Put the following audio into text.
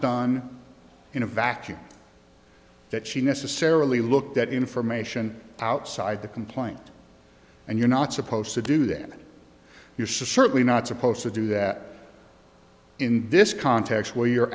done in a vacuum that she necessarily looked at information outside the complaint and you're not supposed to do that you're certainly not supposed to do that in this context where you're